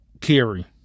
carry